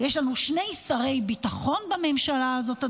יש לנו שני שרי ביטחון בממשלה הזאת,